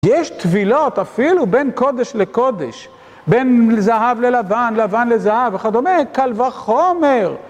יש טבילות אפילו בין קודש לקודש, בין זהב ללבן, לבן לזהב וכדומה, קל וחומר